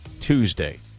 Tuesday